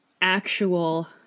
actual